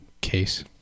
case